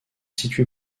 situé